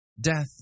Death